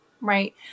Right